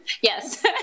Yes